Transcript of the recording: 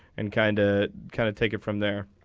and kind to kind of take it from there.